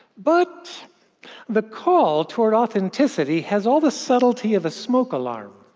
but the call toward authenticity has all the subtlety of a smoke alarm.